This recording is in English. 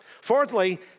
Fourthly